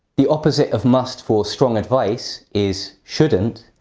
the opposite of must for strong advice is shouldn't.